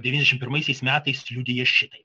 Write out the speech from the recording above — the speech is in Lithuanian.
devyniasdešimt pirmaisiais metais liudija šitai